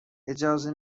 اجازه